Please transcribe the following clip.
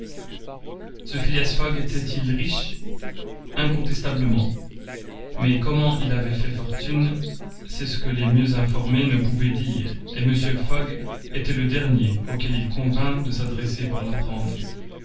ce phileas fogg était-il riche incontestablement mais comment il avait fait fortune c'est ce que les mieux informés ne pouvaient dire et mr fogg était le dernier auquel il convînt de s'adresser pour l'apprendre